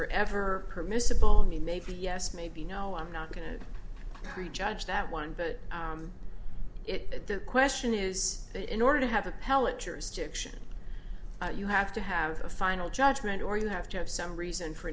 or ever permissible in me maybe yes maybe no i'm not going to prejudge that one but it the question is that in order to have appellate jurisdiction you have to have a final judgment or you have to have some reason for